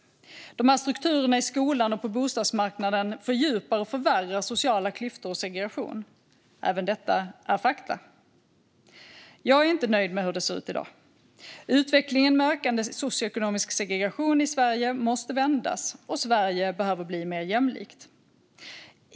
Dessa strukturer i skolan på bostadsmarknaden fördjupar och förvärrar sociala klyftor och segregation. Även detta är fakta. Jag är inte nöjd med hur det ser ut i dag. Utvecklingen med ökande socioekonomisk segregation i Sverige måste vändas, och Sverige behöver bli mer jämlikt.